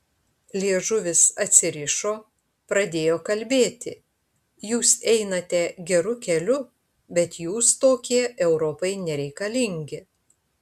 liežuvis atsirišo pradėjo kalbėti jūs einate geru keliu bet jūs tokie europai nereikalingi